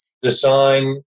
design